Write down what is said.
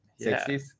60s